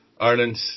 Ireland